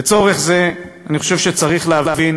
לצורך זה אני חושב שצריך להבין